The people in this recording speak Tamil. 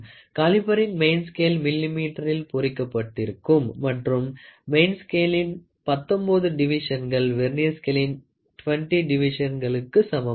காலிபரின் மெயின் ஸ்கேல் மில்லிமீட்டரில் பொறிக்கப்பட்டிருக்கும் மற்றும் மெயின் ஸ்கேலின் 19 டிவிஷன்கள் வெர்னியர் ஸ்கேலின் 20 டிவிஷன்களுக்கு சமமாகும்